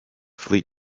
fleet